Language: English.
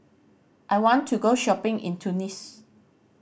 I want to go shopping in Tunis